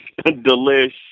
delish